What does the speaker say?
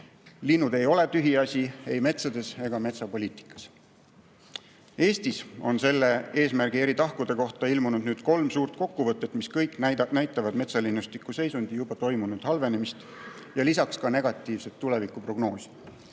Linnud ei ole tühiasi ei metsades ega metsapoliitikas. Eestis on selle eesmärgi eri tahkude kohta ilmunud kolm suurt kokkuvõtet, mis kõik näitavad metsalinnustiku seisundi juba toimunud halvenemist ja lisaks ka negatiivset tulevikuprognoosi.